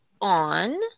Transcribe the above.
on